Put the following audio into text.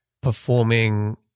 performing